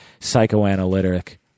psychoanalytic